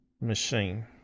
machine